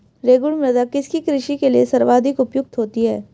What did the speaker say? रेगुड़ मृदा किसकी कृषि के लिए सर्वाधिक उपयुक्त होती है?